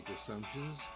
assumptions